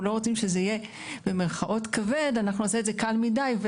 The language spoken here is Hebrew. לא רוצים שזה יהיה "כבד" נעשה את זה קל מידי.